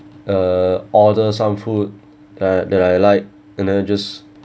uh order some food that I that I like and then I just